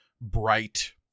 bright